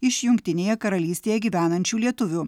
iš jungtinėje karalystėje gyvenančių lietuvių